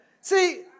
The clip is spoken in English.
See